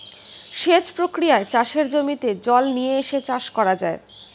সেচ প্রক্রিয়ায় চাষের জমিতে জল নিয়ে এসে চাষ করা যায়